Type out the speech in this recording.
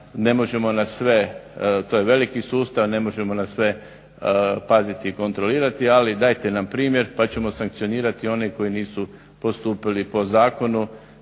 ne možemo na sve, to je veliki sustav, ne možemo na sve paziti i kontrolirati. Ali dajte nam primjer pa ćemo sankcionirati one koji nisu postupili po zakonu